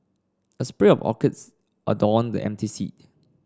a spray of orchids adorned the empty seat